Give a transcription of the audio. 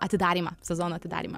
atidarymą sezono atidarymą